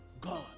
God